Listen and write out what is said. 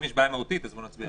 אם יש בעיה מהותית בוא נצביע עליה.